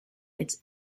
its